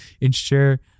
ensure